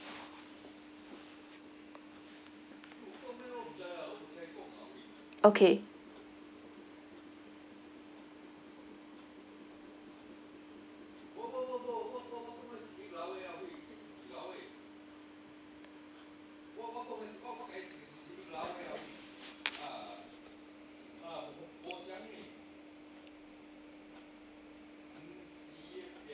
okay